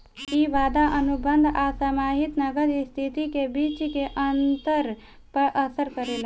इ वादा अनुबंध आ समाहित नगद स्थिति के बीच के अंतर पर असर करेला